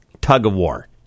tug-of-war